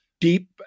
deep